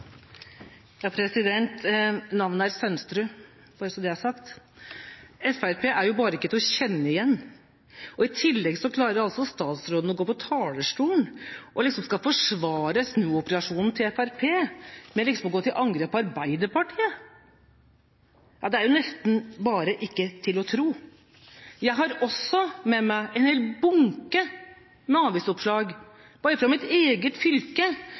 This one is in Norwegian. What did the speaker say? er jo bare ikke til å kjenne igjen. I tillegg klarer statsråden å gå på talerstolen og skal forsvare snuoperasjonen til Fremskrittspartiet med å gå til angrep på Arbeiderpartiet. Det er jo nesten ikke til å tro. Jeg har også med meg en helt bunke med avisoppslag. Bare i mitt eget fylke